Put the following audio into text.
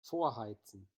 vorheizen